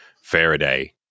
Faraday